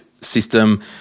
system